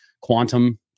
quantum